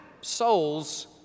souls